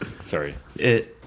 Sorry